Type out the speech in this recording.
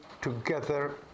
Together